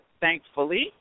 thankfully